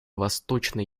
восточной